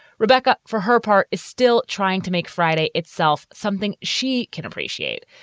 rebecca. for her part, is still trying to make friday itself something she can appreciate,